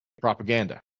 propaganda